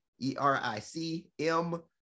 E-R-I-C-M